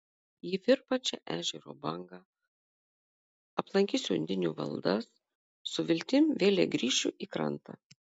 į virpančią ežero bangą aplankysiu undinių valdas su viltim vėlei grįšiu į krantą